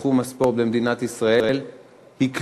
בתחום הספורט במדינת ישראל קלושים,